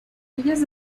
ellas